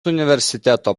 universiteto